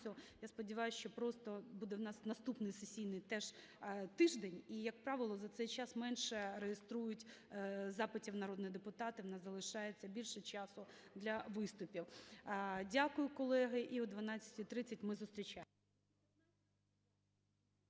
Я сподіваюсь, що просто буде в нас наступний сесійний теж тиждень і, як правило, за цей час менше реєструють запитів народні депутати, в нас залишається більше часу для виступів. Дякую, колеги. І о 12:30 ми зустрічаємося.